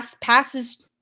passes